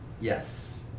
Yes